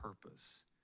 purpose